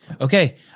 okay